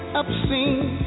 obscene